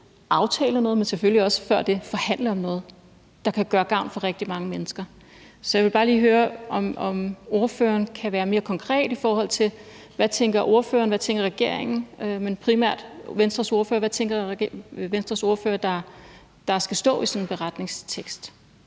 aftale noget, men selvfølgelig også før det forhandle om noget, der kan gøre gavn for rigtig mange mennesker. Så jeg vil bare lige høre, om ordføreren kan være mere konkret, i forhold til hvad ordføreren tænker og hvad regeringen tænker, men primært, hvad Venstres ordfører tænker. Hvad tænker Venstres ordfører der skal stå i sådan en beretning?